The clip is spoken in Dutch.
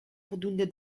voldoende